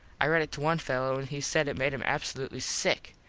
i read it to one fello an he said it made him absolutely sick.